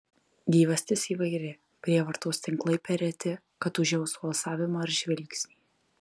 gyvastis įvairi prievartos tinklai per reti kad užsiaustų alsavimą ir žvilgsnį